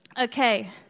Okay